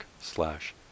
slash